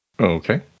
Okay